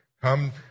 come